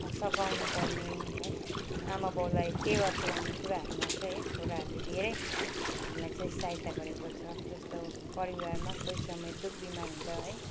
सघाउनु पर्ने है आमा बाउलाई टेवा पुर्याउने कुराहरू मा चाहिँ है छोराहरू ले धेरै हामीलाई चाहिँ सहायता गरेको छ जस्तो परिवारमा कोही समय दुखः बिमार हुदाँ है